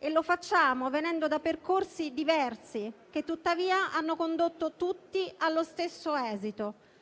Lo facciamo venendo da percorsi diversi, che tuttavia hanno condotto tutti allo stesso esito: